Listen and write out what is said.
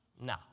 No